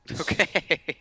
Okay